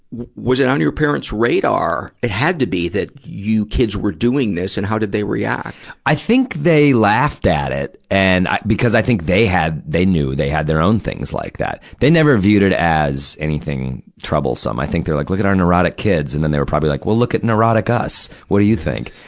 was it on your parents' radar? it had to be that you kids were doing this, and how did they react? i think they laughed at it. and, i because i think they had, they knew they had their own things like that. they never viewed it as anything troublesome. i think they're like, look at our neurotic kids. and then they were probably like, well, look at neurotic us! what do you think?